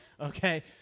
okay